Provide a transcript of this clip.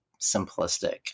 simplistic